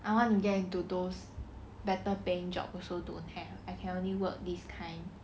I want to get into those better paying jobs also don't have I can only work this kind